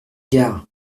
gare